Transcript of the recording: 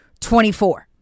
24